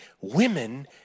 women